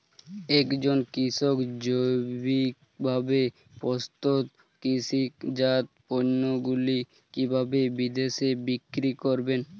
একজন কৃষক জৈবিকভাবে প্রস্তুত কৃষিজাত পণ্যগুলি কিভাবে বিদেশে বিক্রি করবেন?